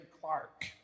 Clark